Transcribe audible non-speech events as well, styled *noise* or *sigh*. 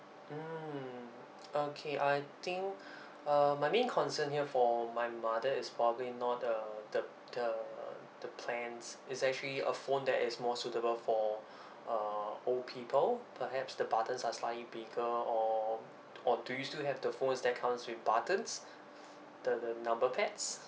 mm okay I think *breath* uh my main concern here for my mother is probably not uh the the the plans is actually a phone that is more suitable for *breath* uh old people perhaps the buttons are slightly bigger or or do you still have the phones that comes with buttons *breath* the the number pads